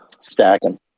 Stacking